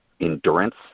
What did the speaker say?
endurance